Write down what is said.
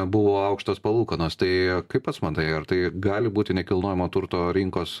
buvo aukštos palūkanos tai kaip pats matai ar tai gali būti nekilnojamo turto rinkos